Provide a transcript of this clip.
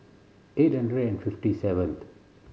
eight hundred and fifty seventh